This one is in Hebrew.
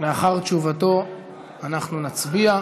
לאחר תשובתו אנחנו נצביע.